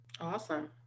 Awesome